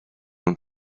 want